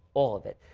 all of it.